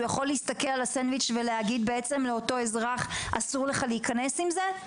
הוא יכול להסתכל על הסנדוויץ' ולהגיד לאותו אזרח אסור לך להיכנס עם זה?